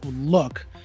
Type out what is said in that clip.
look